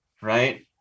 right